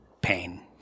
pain